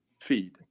feed